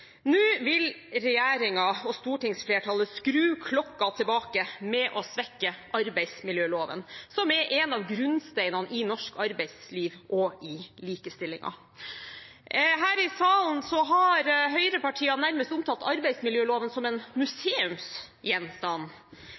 Nå vil regjeringen og stortingsflertallet skru klokken tilbake ved å svekke arbeidsmiljøloven, som er en av grunnsteinene i norsk arbeidsliv og i likestillingen. Her i salen har høyrepartiene nærmest omtalt arbeidsmiljøloven som en museumsgjenstand.